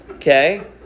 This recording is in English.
Okay